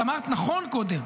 את אמרת נכון קודם,